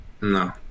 No